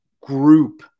group